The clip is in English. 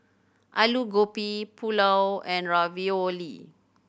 Alu Gobi Pulao and Ravioli